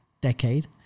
decade